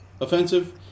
offensive